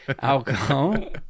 alcohol